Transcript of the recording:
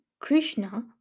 Krishna